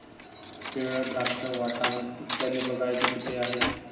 केळ, द्राक्ष, वाटाणे इत्यादी बागायती पिके आहेत